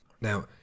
Now